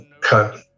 cut